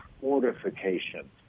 fortification